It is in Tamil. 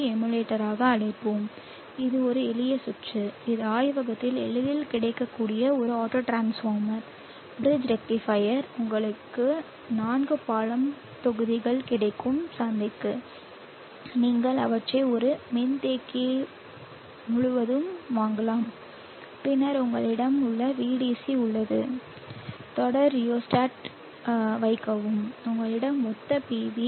மூல எமுலேட்டராக அழைப்போம் இது ஒரு எளிய சுற்று இது ஆய்வகத்தில் எளிதில் கிடைக்கக்கூடிய ஒரு ஆட்டோட்ரான்ஸ்ஃபார்மர் பிரிட்ஜ் ரெக்டிஃபையர் உங்களுக்கு நான்கு பாலம் தொகுதிகள் கிடைக்கும் சந்தைக்கு நீங்கள் அவற்றை ஒரு மின்தேக்கியை முழுவதும் வாங்கலாம் பின்னர் உங்களிடம் உங்கள் Vdc உள்ளது தொடர் ரியோஸ்டாட் வைக்கவும் உங்களிடம் மொத்த PV